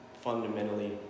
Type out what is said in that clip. fundamentally